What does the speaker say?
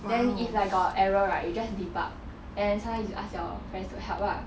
then if like got error right you just debug then sometimes you ask your friends to help ah